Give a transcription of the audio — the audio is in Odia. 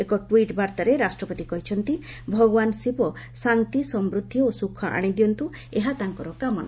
ଏକ ଟ୍ୱିଟ୍ ବାର୍ତ୍ତାରେ ରାଷ୍ଟ୍ରପତି କହିଛନ୍ତି ଭଗବାନ୍ ଶିବ ଶାନ୍ତି ସମୂଦ୍ଧି ଓ ସୁଖ ଆଶିଦିଅନ୍ତୁ ଏହା ତାଙ୍କର କାମନା